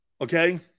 Okay